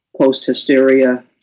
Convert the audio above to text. post-hysteria